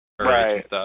Right